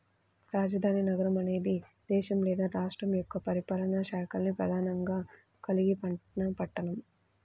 రాజధాని నగరం అనేది దేశం లేదా రాష్ట్రం యొక్క పరిపాలనా శాఖల్ని ప్రధానంగా కలిగిన పట్టణం